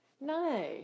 No